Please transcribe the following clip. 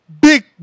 big